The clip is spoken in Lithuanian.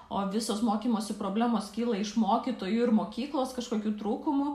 o visos mokymosi problemos kyla iš mokytojų ir mokyklos kažkokių trūkumų